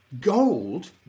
gold